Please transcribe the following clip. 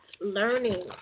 learning